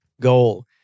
goal